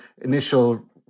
initial